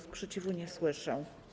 Sprzeciwu nie słyszę.